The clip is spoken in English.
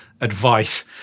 advice